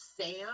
Sam